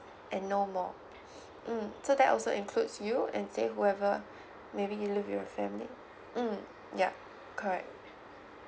and no more mm so that also includes you and say whoever maybe you live with your family mm yup correct